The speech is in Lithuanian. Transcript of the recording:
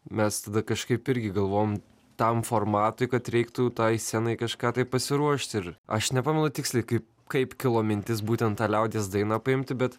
mes tada kažkaip irgi galvojom tam formatui kad reiktų tai senai kažką tai pasiruošti ir aš nepamenu tiksliai kaip kaip kilo mintis būtent tą liaudies dainą paimti bet